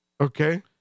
Okay